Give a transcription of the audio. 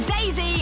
Daisy